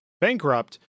bankrupt